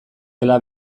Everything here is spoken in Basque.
dela